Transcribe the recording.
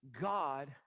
God